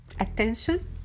attention